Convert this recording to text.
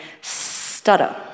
stutter